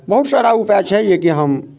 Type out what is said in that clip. बहुत सारा उपाय छै जे कि हम